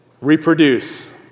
reproduce